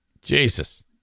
Jesus